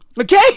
Okay